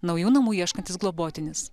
naujų namų ieškantis globotinis